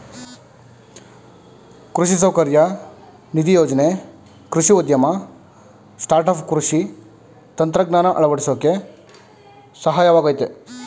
ಕೃಷಿ ಸೌಕರ್ಯ ನಿಧಿ ಯೋಜ್ನೆ ಕೃಷಿ ಉದ್ಯಮ ಸ್ಟಾರ್ಟ್ಆಪ್ ಕೃಷಿ ತಂತ್ರಜ್ಞಾನ ಅಳವಡ್ಸೋಕೆ ಸಹಾಯವಾಗಯ್ತೆ